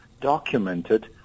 documented